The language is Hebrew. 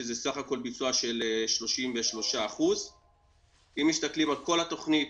שזה סך הכול ביצוע של 33%. אם מסתכלים על כל התוכנית,